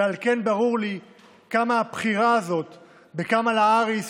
ועל כן, ברור לי כמה הבחירה הזאת בקמלה האריס